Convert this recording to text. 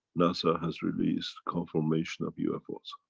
nasa has released confirmation of ufos.